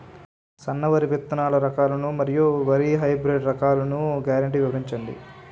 సన్న వరి విత్తనాలు రకాలను మరియు వరి హైబ్రిడ్ రకాలను గ్యారంటీ వివరించండి?